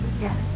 Yes